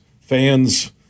fans